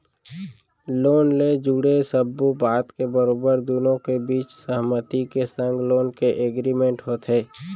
loan ले जुड़े सब्बो बात के बरोबर दुनो के बीच सहमति के संग लोन के एग्रीमेंट होथे